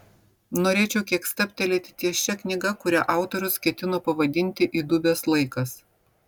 norėčiau kiek stabtelėti ties šia knyga kurią autorius ketino pavadinti įdubęs laikas